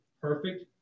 perfect